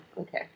okay